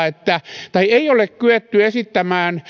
että taloustieteellisessä tutkimuksessa ei ole kyetty esittämään